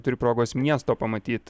turi progos miesto pamatyt